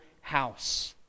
house